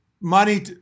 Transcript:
money